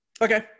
Okay